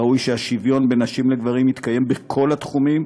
ראוי שהשוויון בין נשים לגברים יתקיים בכל התחומים,